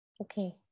Okay